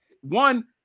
One—